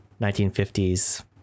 1950s